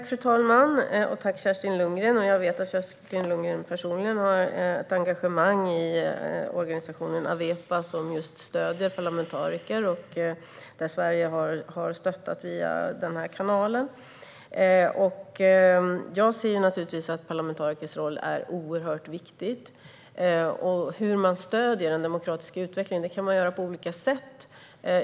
Fru talman! Jag vet att Kerstin Lundgren personligen har ett engagemang i organisationen Awepa, som just stöder parlamentariker, och Sverige har stöttat dem via denna kanal. Parlamentarikers roll är oerhört viktig. Att stödja en demokratisk utveckling kan man göra på olika sätt.